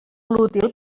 útil